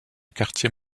quartier